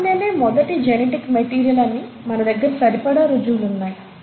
RNA నే మొదటి genetic material అని మన దగ్గర సరిపడా రుజువులు ఉన్నాయి